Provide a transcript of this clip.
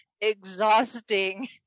exhausting